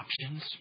options